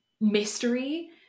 mystery